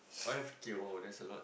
five K !wow! that's a lot